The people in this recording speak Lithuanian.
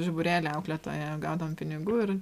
žiburėlį auklėtoja gaudavom pinigų ir